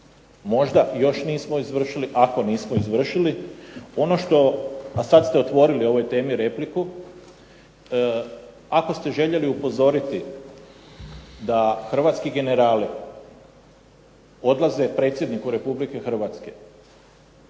Možda još nismo izvršili ako nismo izvršili. Ono što, a sad ste otvorili u ovoj temi repliku, ako ste željeli upozoriti da hrvatski generali odlaze predsjedniku RH kršeći članak